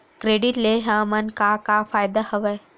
Credit ले हमन का का फ़ायदा हवय?